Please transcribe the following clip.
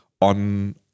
on